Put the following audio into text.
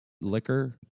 Liquor